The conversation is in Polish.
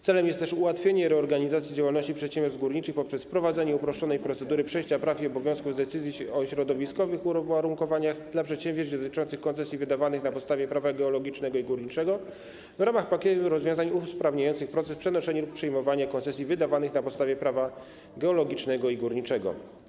Celem jest też ułatwienie reorganizacji działalności przedsiębiorstw górniczych poprzez wprowadzenie uproszczonej procedury przejścia praw i obowiązków z decyzji o uwarunkowaniach środowiskowych dla przedsięwzięć dotyczących koncesji wydawanych na podstawie Prawa geologicznego i górniczego w ramach pakietu rozwiązań usprawniających proces przenoszenia lub przyjmowania koncesji wydawanych na podstawie Prawa geologicznego i górniczego.